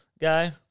guy